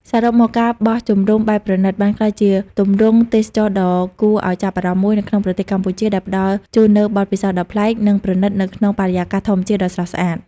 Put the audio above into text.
សរុបមក ការបោះជំរំបែបប្រណីត បានក្លាយជាទម្រង់ទេសចរណ៍ដ៏គួរឲ្យចាប់អារម្មណ៍មួយនៅក្នុងប្រទេសកម្ពុជា ដែលផ្តល់ជូននូវបទពិសោធន៍ដ៏ប្លែក និងប្រណីតនៅក្នុងបរិយាកាសធម្មជាតិដ៏ស្រស់ស្អាត។